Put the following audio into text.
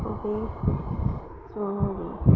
খুবেই জৰুৰী